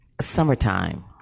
Summertime